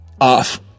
off